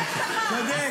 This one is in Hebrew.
גרון.